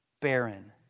barren